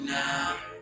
now